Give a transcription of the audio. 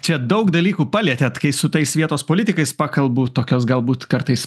čia daug dalykų palietėt kai su tais vietos politikais pakalbu tokios galbūt kartais